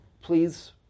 Please